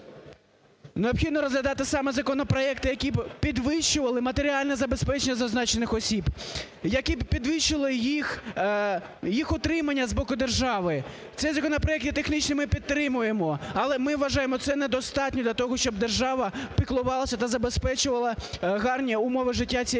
…необхідно розглядати саме законопроекти, які б підвищували матеріальне забезпечення зазначених осіб, які б підвищували їх утримання з боку держави. Цей законопроект є технічним, ми підтримуємо. Але, ми вважаємо, це не достатньо для того, щоб держава піклувалась та забезпечувала гарні умови життя цієї